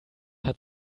hat